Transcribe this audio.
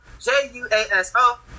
J-U-A-S-O